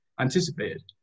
anticipated